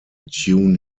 tune